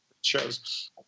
shows